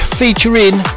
featuring